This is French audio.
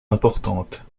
importantes